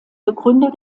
begründer